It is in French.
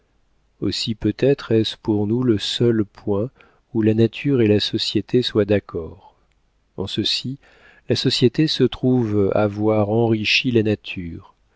aussi peut-être est-ce pour nous le seul point où la nature et la société soient d'accord en ceci la société se trouve avoir enrichi la nature